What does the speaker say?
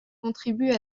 contribue